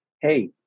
hey